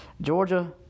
Georgia